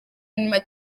nyuma